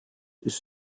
ist